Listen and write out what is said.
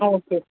ஆ okay